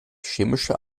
chemische